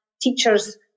teachers